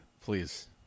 Please